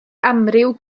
amryw